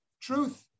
truth